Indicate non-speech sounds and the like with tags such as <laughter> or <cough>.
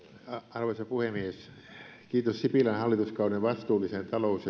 arvoisa puhemies kiitos sipilän hallituskauden vastuullisen talous <unintelligible>